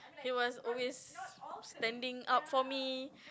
he was always standing up for me